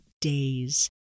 days